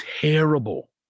terrible